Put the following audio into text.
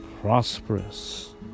prosperous